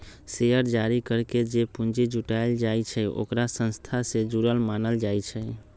share जारी करके जे पूंजी जुटाएल जाई छई ओकरा संस्था से जुरल मानल जाई छई